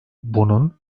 bunun